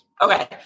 Okay